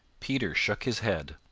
peter shook his head.